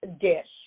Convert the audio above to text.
dish